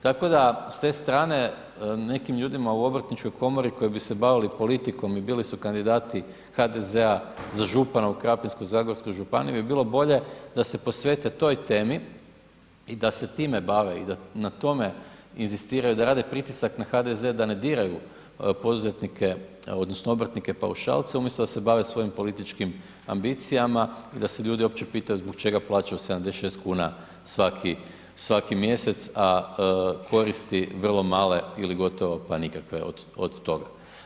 Tako da s te strane, nekim ljudima u obrtničkoj komori koji bi se bavili politikom i bili su kandidati HDZ-a za župana u Krapinsko-zagorskoj županiji bi bilo bolje da se posvete toj temi i da se time bave i da na tome inzistiraju, da rade pritisak na HDZ da ne diraju poduzetnike, odnosno obrtnike paušalce umjesto da se bave svojim političkim ambicijama i da se ljudi uopće pitaju zbog čega plaćaju 76 kuna svaki mjesec a koristi vrlo male ili gotovo pa nikakve od toga.